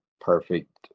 perfect